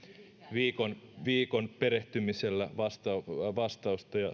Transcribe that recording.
viikon viikon perehtymisellä vastausta vastausta ja